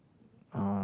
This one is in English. uh